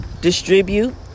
distribute